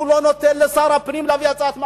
הוא לא נותן לשר הפנים להביא הצעת מחליטים.